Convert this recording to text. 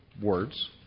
words